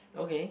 okay